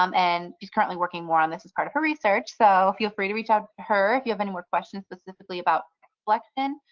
um and she's currently working more on this as part of her research. so feel free to reach out to her if you have any more questions specifically about reflection.